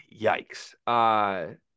yikes